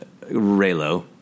Raylo